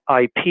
IP